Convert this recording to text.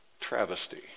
travesty